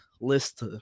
list